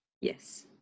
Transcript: Yes